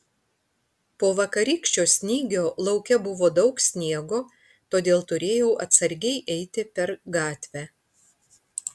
po vakarykščio snygio lauke buvo daug sniego todėl turėjau atsargiai eiti per gatvę